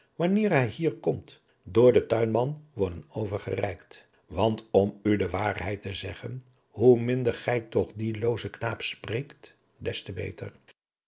wanneer hij hier komt door den tuinman worden overgereikt want om u de waarheid te zeggen hoe minder gij toch dien loozen knaap spreekt des te beter